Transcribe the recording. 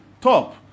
top